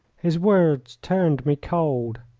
his words turned me cold.